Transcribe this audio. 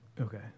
Okay